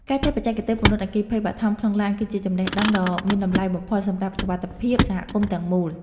ការចេះបច្ចេកទេសពន្លត់អគ្គិភ័យបឋមក្នុងឡាន គឺជាចំណេះដឹងដ៏មានតម្លៃបំផុតសម្រាប់សុវត្ថិភាពសហគមន៍ទាំងមូល។